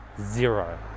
zero